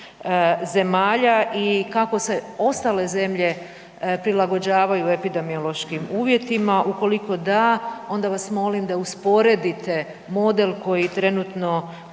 zemalja i kako se ostale zemlje prilagođavaju epidemiološkim uvjetima, ukoliko da onda vas molim da usporedite model koji trenutno